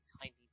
tiny